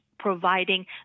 providing